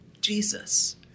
Jesus